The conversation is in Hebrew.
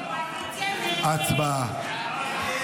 הצבעה.